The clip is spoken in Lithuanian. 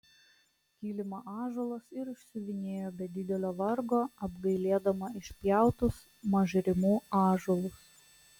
kilimą ąžuolas ir išsiuvinėjo be didelio vargo apgailėdama išpjautus mažrimų ąžuolus